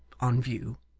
on view